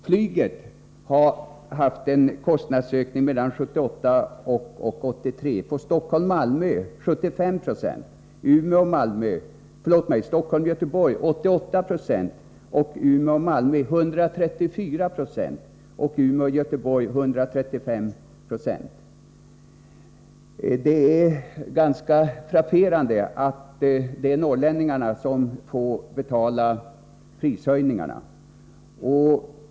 Flyget har mellan 1978 och 1983 på sträckan Stockholm-Göteborg haft en kostnadsökning på 88 20, på sträckan Umeå-Malmö på 134 90 och på sträckan Umeå-Göteborg på 135 90. Det är ganska frapperande att det är norrlänningarna som får betala prishöjningarna.